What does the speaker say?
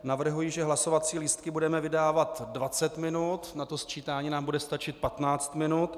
Navrhuji, že hlasovací lístky budeme vydávat dvacet minut, na sčítání nám bude stačit patnáct minut.